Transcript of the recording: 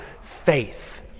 faith